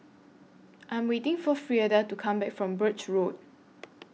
I Am waiting For Frieda to Come Back from Birch Road